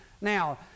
Now